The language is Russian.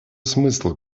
смысла